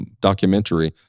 documentary